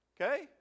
Okay